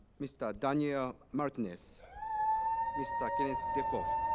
mr. daniel martinez mr. kenneth dafoe